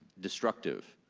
destructive?